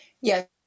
Yes